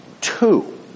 Two